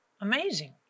Amazing